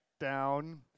down